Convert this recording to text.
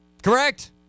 Correct